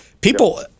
people